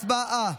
הצבעה.